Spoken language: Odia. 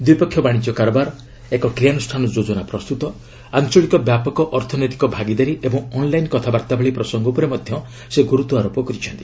ଦ୍ୱିପକ୍ଷୀୟ ବାଣିଜ୍ୟ କାରବାର ଏକ କ୍ରିୟାନୁଷାନ ଯୋଜନା ପ୍ରସ୍ତୁତ ଆଞ୍ଚଳିକ ବ୍ୟାପକ ଅର୍ଥନୈତିକ ଭାଗିଦାରୀ ଏବଂ ଅନ୍ଲାଇନ୍ କଥାବାର୍ଭା ଭଳି ପ୍ରସଙ୍ଗ ଉପରେ ମଧ୍ୟ ସେ ଗୁରୁତ୍ୱାରୋପ କରିଛନ୍ତି